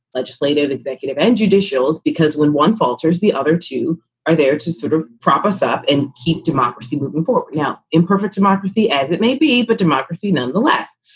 legislative, executive and judicial. because when one falters, the other two are there to sort of props up and keep democracy moving for you. now, imperfect democracy as it may be, but democracy nonetheless.